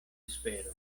esperu